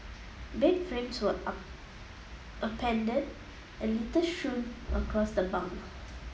bed frames were upended and litter strewn across the bunk